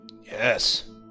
Yes